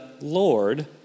Lord